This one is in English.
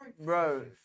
Bro